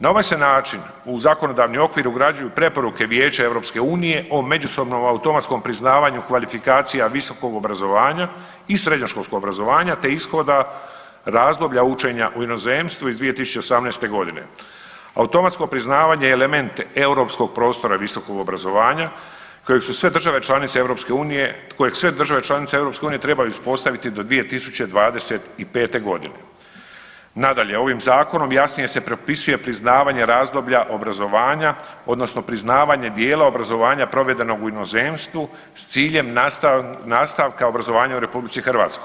Na ovaj se način u zakonodavni okvir ugrađuju preporuke Vijeća EU o međusobnom automatskom priznavanju kvalifikacija visokog obrazovanja i srednjoškolskog obrazovanja te ishoda razdoblja učenja u inozemstvu iz 2018. g. Automatsko priznavanje je element europskog prostora visokog obrazovanja kojeg su sve države članice EU, kojeg sve države članice EU trebaju uspostaviti do 2025. g. Nadalje, ovim Zakonom jasnije se propisuje priznavanje razdoblja obrazovanja, odnosno priznavanje dijela obrazovanja provedenog u inozemstvu s ciljem nastavka obrazovanja u RH.